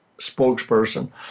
spokesperson